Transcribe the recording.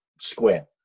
square